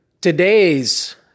today's